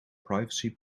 privacy